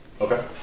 Okay